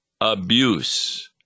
abuse